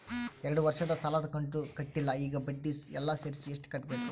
ಎರಡು ವರ್ಷದ ಸಾಲದ ಕಂತು ಕಟ್ಟಿಲ ಈಗ ಬಡ್ಡಿ ಎಲ್ಲಾ ಸೇರಿಸಿ ಎಷ್ಟ ಕಟ್ಟಬೇಕು?